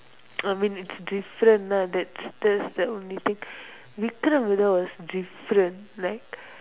I mean it's different lah that's that's the only thing Vikram Vedha was different like